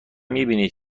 میبینید